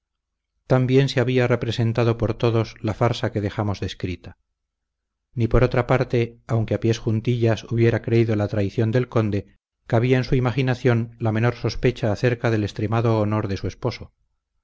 bien se había representado por todos la farsa que dejamos descrita ni por otra parte aunque a pies juntillas hubiera creído la traición del conde cabía en su imaginación la menor sospecha acerca del extremado honor de su esposo